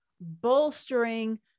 bolstering